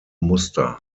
muster